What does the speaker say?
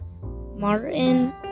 Martin